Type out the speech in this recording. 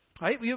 Right